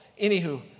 anywho